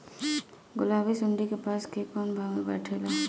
गुलाबी सुंडी कपास के कौने भाग में बैठे ला?